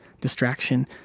distraction